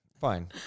Fine